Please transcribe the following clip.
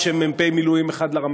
לימודים בחקיקה ראשית.